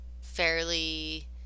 fairly